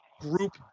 group